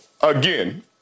again